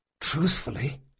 Truthfully